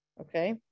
okay